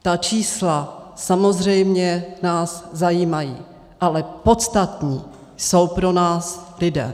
Ta čísla nás samozřejmě zajímají, ale podstatní jsou pro nás lidé.